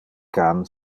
can